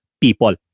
people